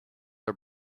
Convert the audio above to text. her